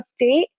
update